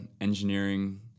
engineering